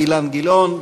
אילן גילאון,